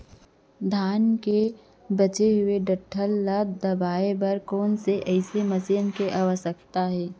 धान के बचे हुए डंठल ल दबाये बर कोन एसई मशीन के आवश्यकता हे?